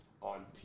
on